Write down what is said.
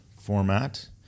format